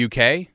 UK